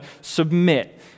submit